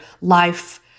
life